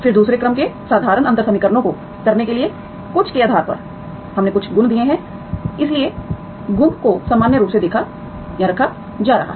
फिर दूसरे क्रम के साधारण अंतर समीकरणों को करने के लिए कुछ के आधार पर हमने कुछ गुण दिए हैं इसलिए गुण को सामान्य रूप में रखा जा रहा है